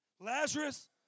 Lazarus